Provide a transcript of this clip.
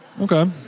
Okay